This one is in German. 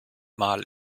mal